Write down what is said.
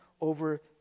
over